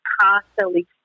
constantly